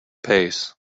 pace